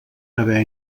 haver